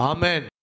Amen